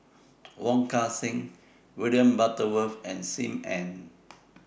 Wong Kan Seng William Butterworth and SIM Ann